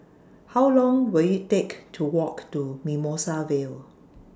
How Long Will IT Take to Walk to Mimosa Vale